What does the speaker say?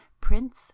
Prince